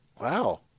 wow